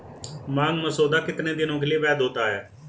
मांग मसौदा कितने दिनों के लिए वैध होता है?